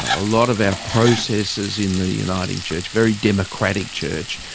a lot of our processes in the uniting church, very democratic church,